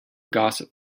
gossip